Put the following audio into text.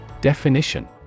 Definition